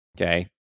okay